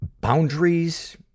boundaries